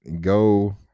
go